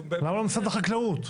למה לא משרד החקלאות?